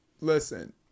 listen